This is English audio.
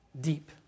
deep